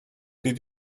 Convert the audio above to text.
did